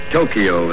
Tokyo